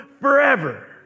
forever